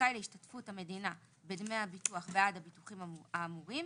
זכאי להשתתפות המדינה בדמי הביטוח בעד הביטוחים האמורים,